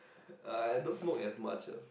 uh I don't smoke as much ah